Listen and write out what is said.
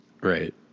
Right